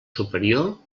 superior